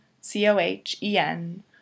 C-O-H-E-N